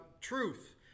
truth